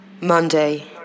Monday